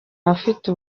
abafite